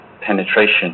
penetration